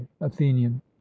athenian